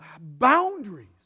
boundaries